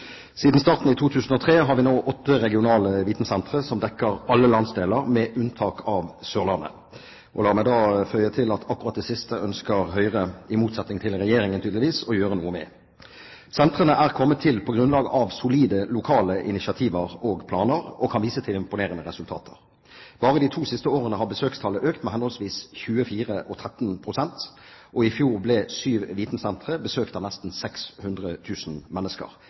Siden starten i 2003 har vi nå åtte regionale vitensentre, som dekker alle landsdeler med unntak av Sørlandet. La meg føye til at akkurat det siste ønsker Høyre – i motsetning til Regjeringen, tydeligvis – å gjøre noe med. Sentrene er kommet til på grunnlag av solide lokale initiativ og planer og kan vise til imponerende resultater. Bare de to siste årene har besøkstallet økt med henholdsvis 24 og 13 pst., og i fjor ble syv vitensentre besøkt av nesten 600 000 mennesker.